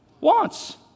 wants